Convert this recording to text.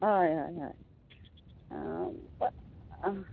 हय हय हय त